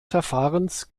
verfahrens